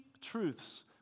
truths